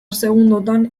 segundotan